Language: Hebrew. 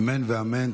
אמן ואמן.